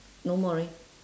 no more right